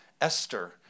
Esther